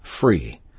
free